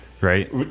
Right